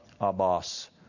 Abbas